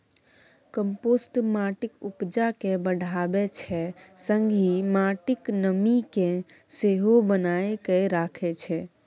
compost माटिक उपजा केँ बढ़ाबै छै संगहि माटिक नमी केँ सेहो बनाए कए राखै छै